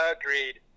Agreed